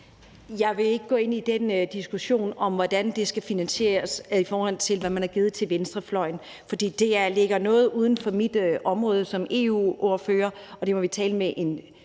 Jeg vil ikke gå ind i den diskussion om, hvordan det skal finansieres, i forhold til hvad man har givet til venstrefløjen, fordi det ligger noget uden for mit område som EU-ordfører, og det må man tale med vores